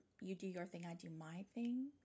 you-do-your-thing-I-do-my-thing